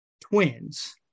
twins